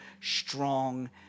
strong